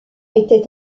était